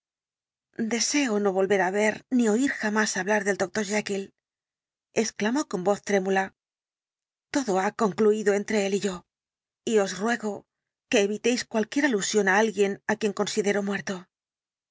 deseo no volver á ver ni oir jamás hablar del doctor jekyll exclamó con voz trémula todo ha concluido entre él y yo el dr jekyll y os ruego que evitéis cualquier alusión á alguien á quien considero muerto